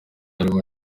harimo